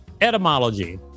etymology